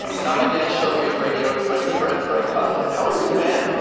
and on my dad's shortwave radio. it's my new friend, fred kaufman. how are you, man?